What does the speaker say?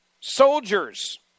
soldiers